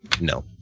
No